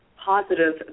positive